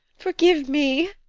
forgive me,